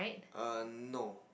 err no